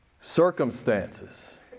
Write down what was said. circumstances